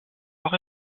auch